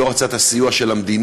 הוא לא רצה את הסיוע של המדינה.